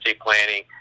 planning